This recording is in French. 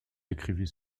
écrivit